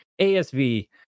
ASV